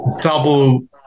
double